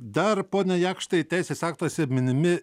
dar pone jakštai teisės aktuose minimi